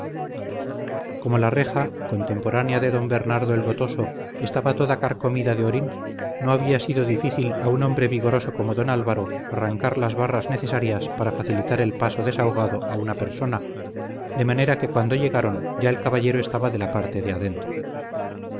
como la reja contemporánea de don bernardo el gotoso estaba toda carcomida de orín no había sido difícil a un hombre vigoroso como don álvaro arrancar las barras necesarias para facilitar el paso desahogado a una persona de manera que cuando llegaron ya el caballero estaba de la parte de adentro